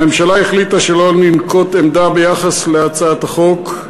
הממשלה החליטה שלא לנקוט עמדה ביחס להצעת החוק,